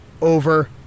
over